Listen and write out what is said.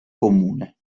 comune